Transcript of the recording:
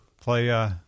play